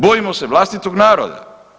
Bojimo se vlastitog naroda.